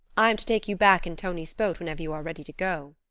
i am to take you back in tonie's boat whenever you are ready to go.